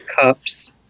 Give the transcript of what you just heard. Cups